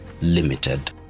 Limited